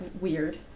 weird